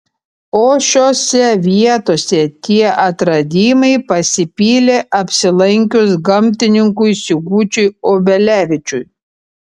o šiose vietose tie atradimai pasipylė apsilankius gamtininkui sigučiui obelevičiui